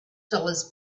dollars